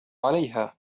عليها